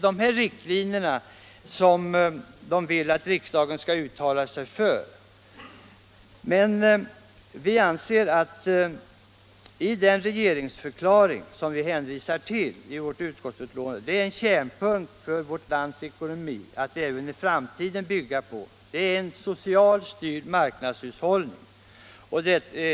Dessa riktlinjer vill reservanterna att riksdagen skall uttala sig för. Utskottsmajoriteten hänvisar emellertid till regeringsförklaringen, där en kärnpunkt är att vårt lands ekonomi även i framtiden bör bygga på en socialt styrd marknadshushållning.